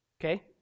Okay